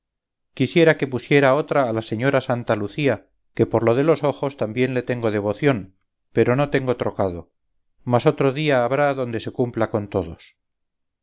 quisiera que pusiera otra a la señora santa lucía que por lo de los ojos también le tengo devoción pero no tengo trocado mas otro día habrá donde se cumpla con todos